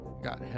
got